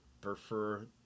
prefer